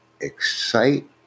excite